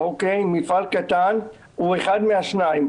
מפעל קטן הוא אחד משניים,